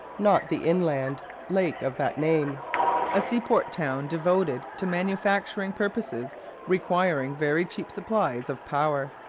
not the inland lake of that name a seaport town devoted to manufacturing purposes requiring very cheap supplies of power.